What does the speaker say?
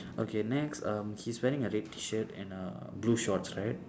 okay next um he's wearing a red T-shirt and a blue shorts right